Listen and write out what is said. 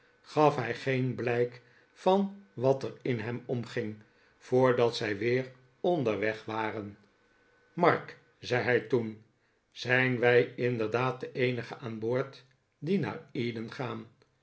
gaf hij geen blijk van wat er in hem omging voordat zij weer onderweg waren mark zei hij toen zijn wij inderdaad de eenigen aan boord die naar eden gaan